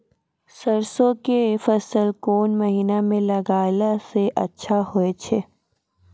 सरसों के फसल कोन महिना म लगैला सऽ अच्छा होय छै?